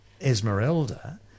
Esmeralda